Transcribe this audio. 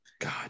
God